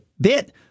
bit